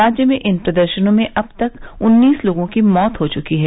राज्य में इन प्रदर्शनों में अब तक उन्नीस लोगों की मौत हो चुकी है